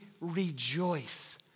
rejoice